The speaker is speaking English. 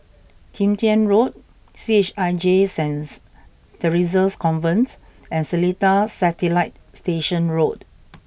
Kim Tian Road C H I J Saint Theresa's Convent and Seletar Satellite Station Road